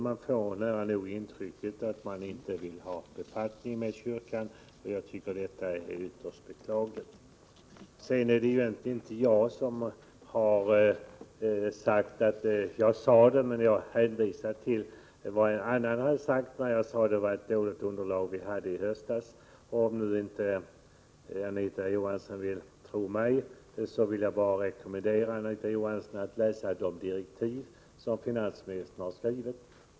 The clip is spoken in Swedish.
Man får nära nog intrycket att lagstiftaren inte vill ha befattning med kyrkan, och det är ytterst beklagligt. Det var egentligen inte jag som sade att vi hade ett dåligt underlag i höstas, utan jag hänvisade till vad någon annan hade sagt. Om Anita Johansson inte vill tro mig kan jag bara rekommendera henne att läsa de direktiv som finansministern skrivit.